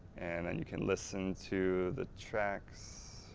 and then you can listen to the tracks.